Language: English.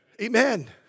amen